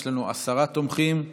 יש לנו עשרה תומכים,